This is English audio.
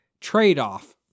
trade-off